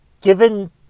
given